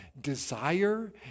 desire